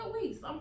weeks